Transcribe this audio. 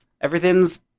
everything's